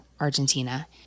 Argentina